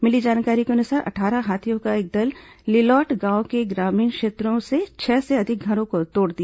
मिली जानकारी के अनुसार अट्ठारह हाथियों के दल ने लिलौटी गांव के ग्रामीण क्षेत्रों में छह से अधिक घरों को तोड़ दिया